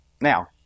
Now